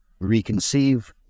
reconceive